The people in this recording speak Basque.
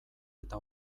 eta